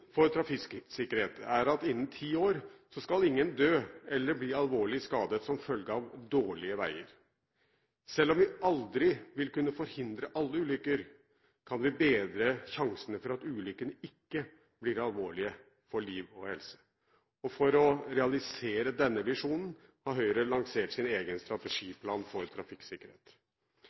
for trafikksikkerhet er at innen ti år skal ingen dø eller bli alvorlig skadet som følge av dårlige veier. Selv om vi aldri vil kunne forhindre alle ulykker, kan vi bedre sjansene for at ulykkene ikke blir alvorlige for liv og helse. For å realisere denne visjonen har Høyre lansert en egen strategiplan for trafikksikkerhet.